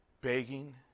Begging